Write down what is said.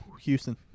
Houston